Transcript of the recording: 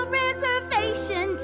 reservation